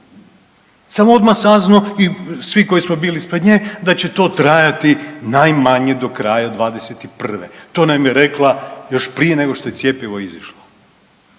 sam odmah saznao i svi koji smo bili ispred nje da će to trajati najmanje do kraja '21., to nam je rekla još prije nego što je cjepivo izišlo,